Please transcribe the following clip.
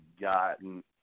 gotten